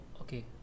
Okay